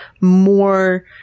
more